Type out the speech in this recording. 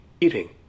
eating